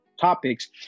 topics